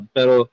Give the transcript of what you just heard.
Pero